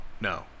no